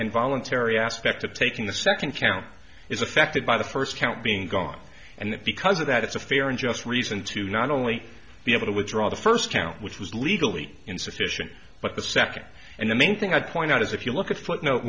involuntary aspect of taking the second count is affected by the first count being gone and because of that it's a fair and just reason to not only be able to withdraw the first count which was legally insufficient but the second and the main thing i'd point out is if you look at footnote